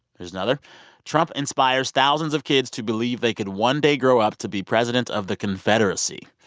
here's another trump inspires thousands of kids to believe they could one day grow up to be president of the confederacy.